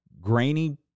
grainy